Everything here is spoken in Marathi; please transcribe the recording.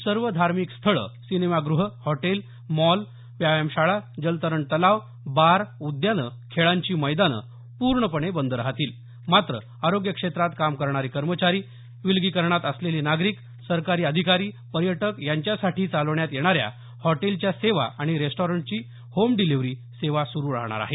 सर्व धार्मिक स्थळं सिनेमागृह हॉटेल्स मॉल्स व्यायामशाळा जलतरण तलाव बार उद्यानं खेळांची मैदानं पूर्णपणे बंद राहतील मात्र आरोग्य क्षेत्रात काम करणारे कर्मचारी विलगीकरणात असलेले नागरिक सरकारी अधिकारी पर्यटक यांच्यासाठी चालवण्यात येणाऱ्या हॉटेलच्या सेवा आणि रेस्टॉरंटची होम डिलिव्हरी सेवा सुरु राहणार आहेत